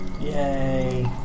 Yay